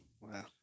Wow